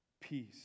Peace